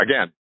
Again